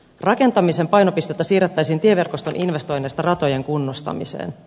rakentamisen painopistettä siirrettäisiin tieverkoston investoinneista ratojen kunnostamiseen